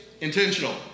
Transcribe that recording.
intentional